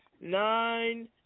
nine